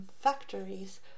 factories